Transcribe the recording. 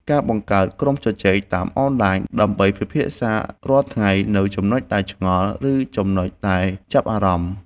ការបង្កើតក្រុមជជែកតាមអនឡាញ ដើម្បីពិភាក្សារាល់ថ្ងៃនូវចំណុចដែលឆ្ងល់ ឬចំណុចដែលចាប់អារម្មណ៍។